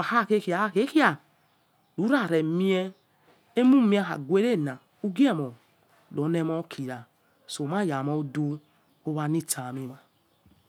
ak hoghekhai-khai, luranemea ughemo nolemo kica, so maya mo udu owa ki sa'amin nina.